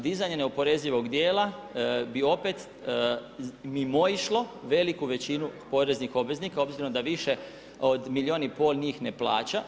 Dizanje neoporezivog dijela bi opet mimoišlo veliku većinu poreznih obveznika obzirom da više od milijun i pol njih ne plaća.